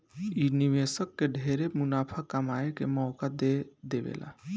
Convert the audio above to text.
इ निवेशक के ढेरे मुनाफा कमाए के मौका दे देवेला